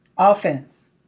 Offense